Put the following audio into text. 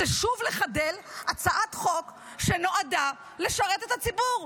זה שוב לחדל הצעת חוק שנועדה לשרת את הציבור.